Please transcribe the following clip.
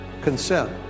consent